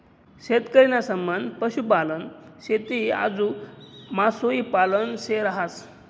शेतकरी ना संबंध पशुपालन, शेती आजू मासोई पालन शे रहास